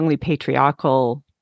patriarchal